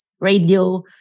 radio